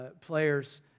players